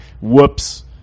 whoops